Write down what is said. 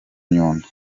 nyundo